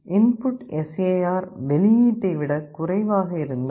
input S A R வெளியீட்டை விட குறைவாக இருந்தால்